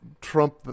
trump